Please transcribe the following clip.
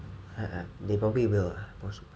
I I they probably will watch